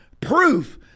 proof